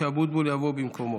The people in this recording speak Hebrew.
ומשה אבוטבול יבוא במקומו.